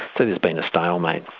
there's been a stalemate.